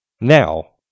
Now